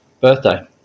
birthday